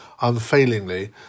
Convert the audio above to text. unfailingly